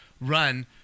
run